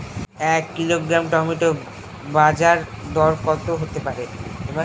এক kilogram tomato বাজের দরকত হতে পারে?